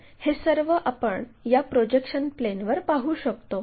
तर हे सर्व आपण या प्रोजेक्शन प्लेनवर पाहू शकतो